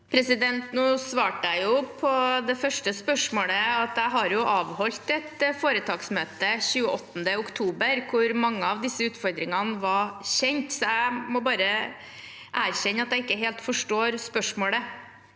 Nå svarte jeg jo på det første spørsmålet at jeg har avholdt et foretaksmøte 27. oktober, hvor mange av disse utfordringene var kjente, så jeg må bare erkjenne at jeg ikke helt forstår spørsmålet.